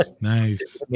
nice